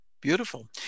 Beautiful